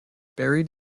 buried